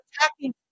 attacking